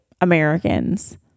Americans